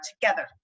together